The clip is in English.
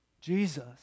Jesus